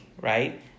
right